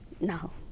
No